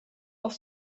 auf